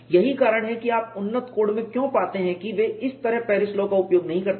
यही कारण है कि आप उन्नत कोड में क्यों पाते हैं कि वे इस तरह पेरिस लाॅ का उपयोग नहीं करते हैं